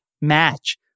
match